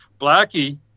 Blackie